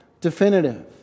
definitive